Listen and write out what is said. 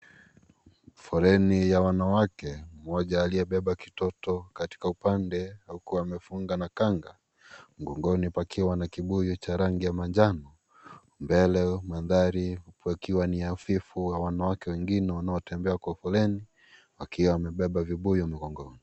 Foleni ya wanawake, mmoja aliyebeba kitoto katika upande huku amefunga na kanga mgongoni pakiwa na kibuyu cha rangi ya manjano. Mbele mandhari yakiwa ni hafifu, wanawake wengine wanaotembea kwa foleni wakiwa wamebeba vibuyu mgongoni.